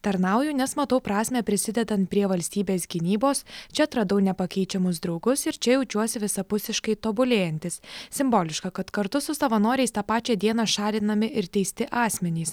tarnauju nes matau prasmę prisidedant prie valstybės gynybos čia atradau nepakeičiamus draugus ir čia jaučiuosi visapusiškai tobulėjantis simboliška kad kartu su savanoriais tą pačią dieną šalinami ir teisti asmenys